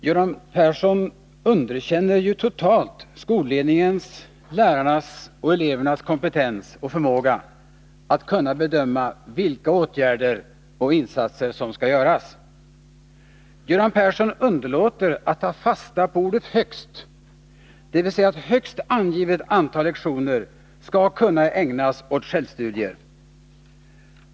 Herr talman! Göran Persson underkänner totalt skolledningens, lärarnas och elevernas kompetens och förmåga när det gäller att bedöma vilka åtgärder som skall vidtagas och vilka insatser som skall göras. Han underlåter att ta fasta på ordet ”högst” i det som sägs om att högst angivet antal lektioner skall kunna ägnas åt självstudier.